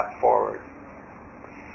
forward